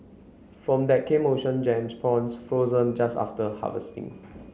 from that came Ocean Gems prawns frozen just after harvesting